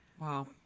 Wow